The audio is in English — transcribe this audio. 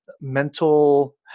mental